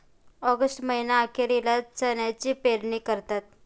August महीना अखेरीला चण्याची पेरणी करतात